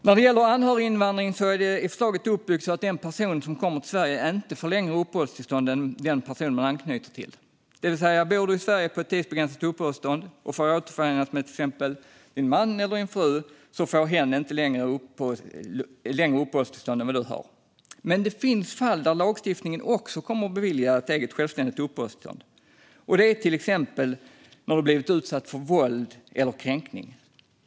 När det gäller anhöriginvandring är det i förslaget uppbyggt så att den person som kommer till Sverige inte får längre uppehållstillstånd än den person man anknyter till, det vill säga bor du i Sverige på ett tidsbegränsat uppehållstillstånd och får återförenas med till exempel din man eller din fru så får hen inte ett längre uppehållstillstånd än vad du har. Men det finns fall där lagstiftningen också kommer att bevilja ett eget självständigt uppehållstillstånd, och det är till exempel om du har blivit utsatt för våld eller kränkning.